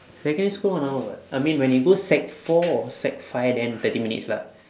secondary school one hour [what] I mean when you go sec four or sec five then thirty minutes lah